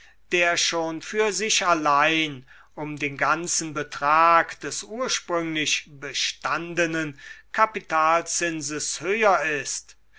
der schon für sich allein um den ganzen betrag des ursprünglich bestandenen kapitalzinses höher ist